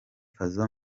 fazzo